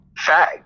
fag